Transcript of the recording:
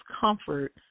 comfort